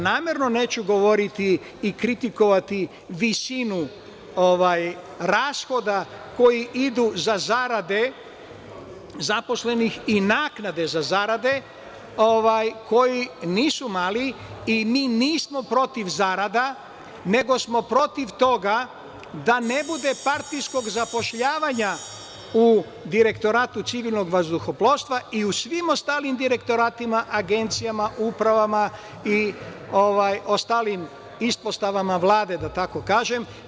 Namerno neću govoriti i kritikovati visinu rashoda koji idu za zarade zaposlenih i naknade za zarade, koje nisu male i nismo protiv zarada, nego smo protiv toga da ne bude partijskog zapošljavanja u Direktoratu civilnog vazduhoplovstva i u svim ostalim direktoratima, agencijama, upravama i ostalim ispostavama Vlade, da tako kažem.